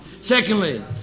Secondly